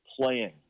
playing